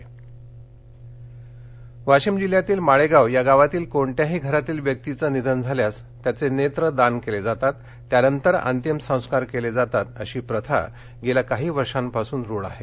दिवाळी वाशिम वाशिम जिल्ह्यातील माळेगाव या गावातील कोणत्याही घरातील व्यक्तिच निधन झाल्यास त्यांचे नेत्र दान केले जातात त्यानंतर अंतीम संस्कार केले जातात अशी प्रथा गेल्या काही वर्षापासून रूढ आहे